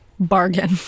bargain